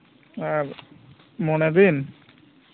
ᱟᱨ ᱢᱚᱬᱮ ᱫᱤᱱ